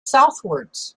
southwards